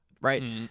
right